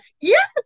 Yes